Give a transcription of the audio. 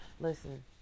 Listen